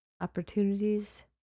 opportunities